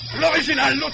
L'original